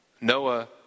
Noah